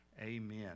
Amen